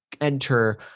enter